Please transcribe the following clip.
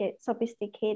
Sophisticated